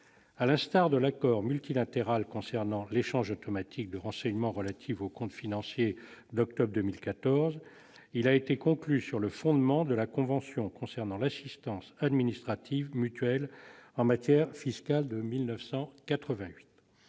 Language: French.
entre autorités compétentes concernant l'échange automatique de renseignements relatifs aux comptes financiers du 29 octobre 2014, cet accord a été conclu sur le fondement de la convention concernant l'assistance administrative mutuelle en matière fiscale de 1988.